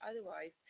Otherwise